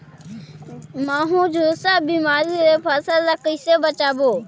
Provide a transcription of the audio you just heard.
महू, झुलसा बिमारी ले फसल ल कइसे बचाबो?